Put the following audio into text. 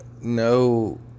No